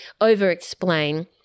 over-explain